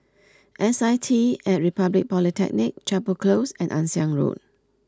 S I T at Republic Polytechnic Chapel Close and Ann Siang Road